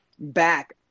back